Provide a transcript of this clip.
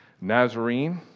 Nazarene